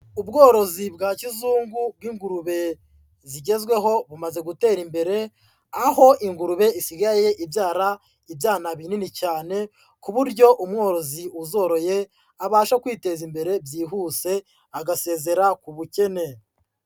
Ubworozi bwa kizungu bw'ingurube zigezweho bumaze gutera imbere, aho ingurube isigaye ibyara ibyana binini cyane ku buryo umworozi uzoroye, abasha kwiteza imbere byihuse, agasezera ku ubukene.